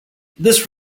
this